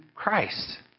Christ